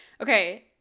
Okay